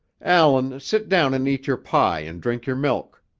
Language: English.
allan, sit down and eat your pie and drink your milk.